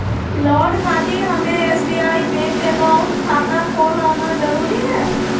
Loan खातिर हमें SBI bank account खाता खोल आना जरूरी है?